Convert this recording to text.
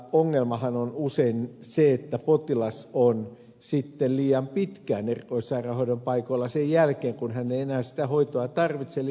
ongelmahan on usein se että potilas on liian pitkään erikoissairaanhoidon paikoilla sen jälkeen kun hän ei enää sitä hoitoa tarvitse eli jatkohoitoketju ei toimi